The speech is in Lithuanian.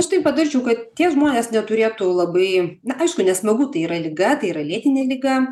aš tai patarčiau kad tie žmonės neturėtų labai na aišku nesmagu tai yra liga tai yra lėtinė liga